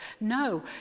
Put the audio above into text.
No